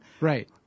Right